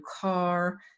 car